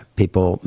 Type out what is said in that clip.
people